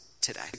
today